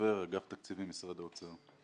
אגף התקציבים, משרד האוצר.